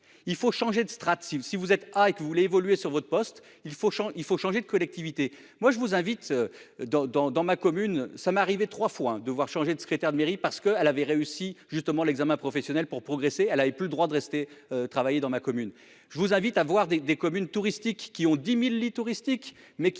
il faut changer de strates si si vous êtes à et que vous voulez évoluer sur votre poste. Il faut quand il faut changer de collectivité. Moi je vous invite. Dans, dans, dans ma commune, ça m'est arrivé 3 fois un devoir changer de secrétaire de mairie parce que elle avait réussi justement l'examen professionnel pour progresser à la plus le droit de rester travailler dans ma commune je vous invite à voir des des communes touristiques qui ont 10.000 lits touristiques